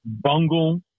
bungle